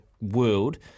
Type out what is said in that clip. world